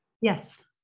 Yes